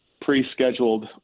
pre-scheduled